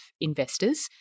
investors